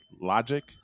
logic